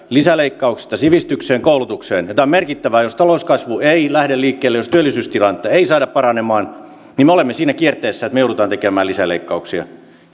lisäleikkauksista sivistykseen koulutukseen tämä on merkittävää jos talouskasvu ei lähde liikkeelle jos työllisyystilannetta ei saada paranemaan niin me olemme siinä kierteessä että me joudumme tekemään lisäleikkauksia